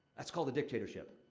that's called a dictatorship.